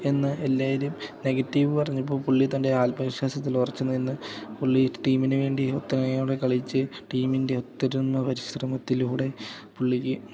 എന്ന് എല്ലാരും നെഗറ്റീവ് പറഞ്ഞപ്പോൾ പുള്ളി തൻ്റെ ആത്മവിശ്വാസത്തിൽ ഉറച്ചു നിന്ന് പുള്ളി ടീമിന് വേണ്ടി ഒത്തൊരുമയോടെ കളിച്ച് ടീമിൻ്റെ ഒത്തൊരുമ പരിശ്രമത്തിലൂടെ പുള്ളിക്ക്